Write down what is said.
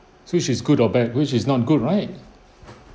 so which is good or bad which is not good right